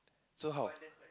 so how